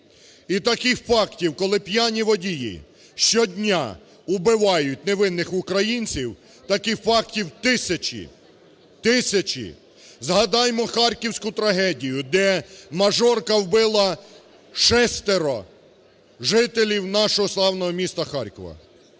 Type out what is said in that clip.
і таких фактів, коли п'яні водії щодня вбивають невинних українців, таких фактів тисячі, тисячі. Згадаймо харківську трагедію, де мажорка вбила шестеро жителів нашого славного міста Харкова.